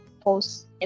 post